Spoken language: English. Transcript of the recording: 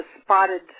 spotted